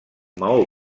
maó